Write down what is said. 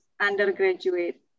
undergraduate